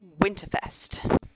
Winterfest